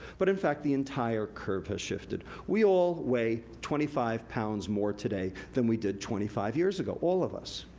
but in fact the entire curve has shifted. we all weigh twenty five pounds more today than we did twenty five years ago, all of us.